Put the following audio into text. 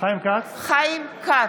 חיים כץ,